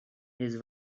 his